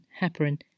heparin